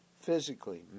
physically